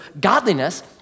godliness